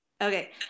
okay